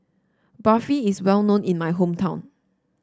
barfi is well known in my hometown